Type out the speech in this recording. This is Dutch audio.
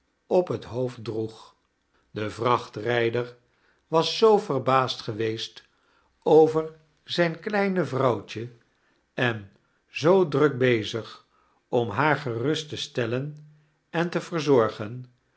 op het hoofd diroeg de vrachtrijder was zoo verbaasd geweest over zijn kleine vrouwtje en zoo druk bezig om haar gerust te stellen en te verzorgen